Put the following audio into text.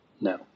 No